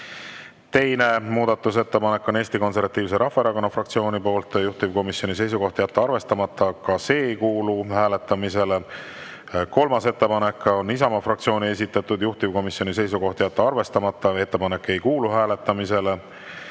Teine muudatusettepanek on Eesti Konservatiivse Rahvaerakonna fraktsiooni poolt, juhtivkomisjoni seisukoht on jätta arvestamata. Ka see ei kuulu hääletamisele. Kolmas ettepanek on Isamaa fraktsiooni esitatud, juhtivkomisjoni seisukoht on jätta arvestamata ja ettepanek ei kuulu hääletamisele.